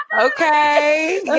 okay